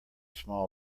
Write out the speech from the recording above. small